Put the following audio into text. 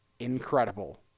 incredible